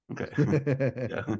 Okay